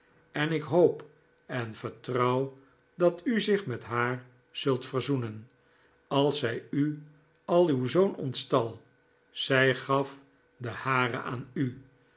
en ik lioop en vertrouw dat u zich met haar zult verzoenen als zij u al uw zoon ontstal zij gaf den hare aan u